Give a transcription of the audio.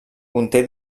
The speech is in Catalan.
conté